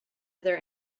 other